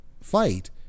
fight